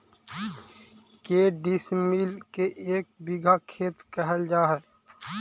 के डिसमिल के एक बिघा खेत कहल जा है?